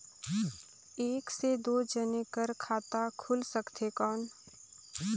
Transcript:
एक से दो जने कर खाता खुल सकथे कौन?